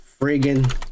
Friggin